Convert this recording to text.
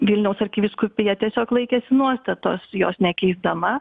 vilniaus arkivyskupija tiesiog laikėsi nuostatos jos nekeisdama